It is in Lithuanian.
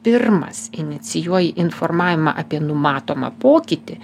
pirmas inicijuoji informavimą apie numatomą pokytį